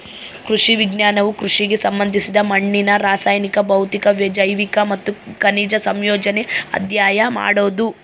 ಕೃಷಿ ವಿಜ್ಞಾನವು ಕೃಷಿಗೆ ಸಂಬಂಧಿಸಿದ ಮಣ್ಣಿನ ರಾಸಾಯನಿಕ ಭೌತಿಕ ಜೈವಿಕ ಮತ್ತು ಖನಿಜ ಸಂಯೋಜನೆ ಅಧ್ಯಯನ ಮಾಡೋದು